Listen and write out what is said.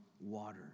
water